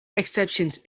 exceptions